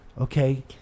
okay